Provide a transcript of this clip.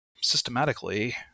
systematically